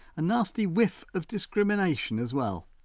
a nasty whiff of discrimination as well.